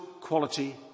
quality